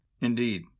Indeed